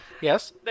Yes